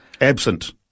Absent